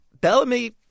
Bellamy